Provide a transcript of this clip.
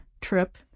trip